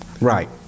right